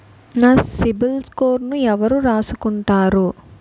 నా సిబిల్ స్కోరును ఎవరు రాసుకుంటారు